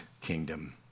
kingdom